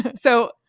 So-